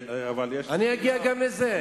אני אגיע גם לזה.